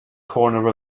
corner